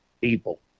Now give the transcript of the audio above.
people